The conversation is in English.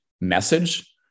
message